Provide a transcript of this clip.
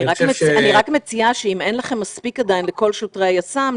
אני מציעה שאם אין לכם מספיק מצלמות גוף לכל שוטרי היס"מ,